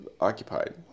occupied